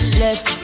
left